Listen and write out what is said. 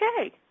Okay